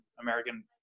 American